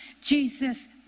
Jesus